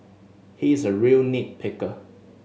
he is a real nit picker